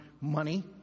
money